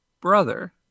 brother